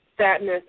Sadness